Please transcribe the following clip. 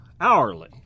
hourly